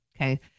Okay